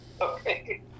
okay